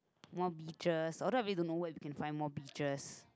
more beaches although I really don't know where we can find more beaches